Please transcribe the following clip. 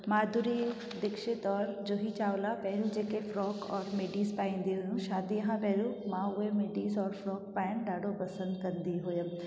माधुरी दीक्षित और जूही चावला पहिरीं जेके फ्रॉक और मिडीज़ पाईंदियूं हुयूं शादीअ खां पहिरों मां उहे मिडीज़ और फ्रॉक पाइणु ॾाढो पसंदि कंदी हुअमि